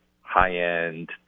high-end